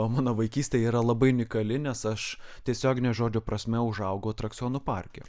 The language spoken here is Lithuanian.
o mano vaikystė yra labai unikali nes aš tiesiogine žodžio prasme užaugau atrakcionų parke